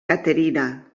caterina